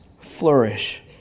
flourish